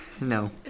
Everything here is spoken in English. No